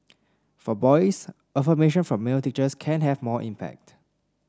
for boys affirmation from male teachers can have more impact